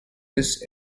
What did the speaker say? this